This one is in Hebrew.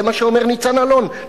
זה מה שאומר ניצן אלון,